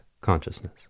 consciousness